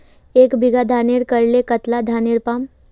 एक बीघा धानेर करले कतला धानेर पाम?